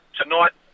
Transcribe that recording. tonight